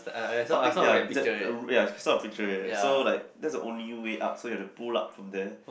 something ya it's a sort of picture ya so like that's the only way up so you have to pull up from there